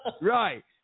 Right